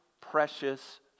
precious